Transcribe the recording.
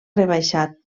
rebaixat